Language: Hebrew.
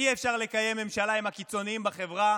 אי-אפשר לקיים ממשלה עם הקיצוניים בחברה,